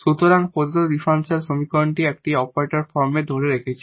সুতরাং প্রদত্ত ডিফারেনশিয়াল সমীকরণটি এই অপারেটর ফর্মে ধরে রেখেছে